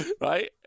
right